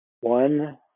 One